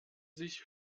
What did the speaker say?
sich